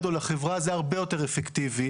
או לחברה - זה הרבה יותר אפקטיבי.